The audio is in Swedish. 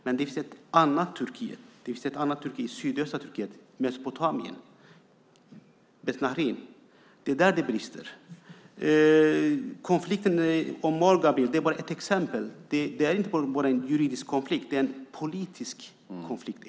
Men det finns ett annat Turkiet, sydöstra Turkiet, Mesopotamien och Betnahrin. Det är där det brister. Konflikten med Moldavien är bara ett exempel. Det är inte bara en juridisk konflikt - det är egentligen en politisk konflikt.